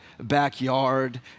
backyard